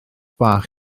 bach